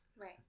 Right